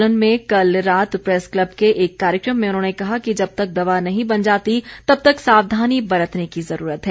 सोलन में कल रात प्रैस क्लब के एक कार्यक्रम में उन्होंने कहा कि जब तक दवा नहीं बन जाती तब तक सावधानी बरतने की जरूरत है